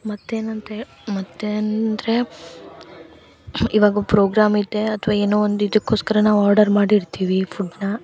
ಮತ್ತೇನಂತೆ ಮತ್ತೇನಂದರೆ ಇವಾಗ ಪ್ರೋಗ್ರಾಮ್ ಇದೆ ಅಥವಾ ಏನೋ ಒಂದು ಇದಕ್ಕೋಸ್ಕರ ನಾವು ಆರ್ಡರ್ ಮಾಡಿರ್ತೀವಿ ಫುಡ್ಡನ್ನ